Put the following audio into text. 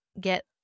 get